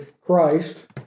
Christ